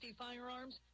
firearms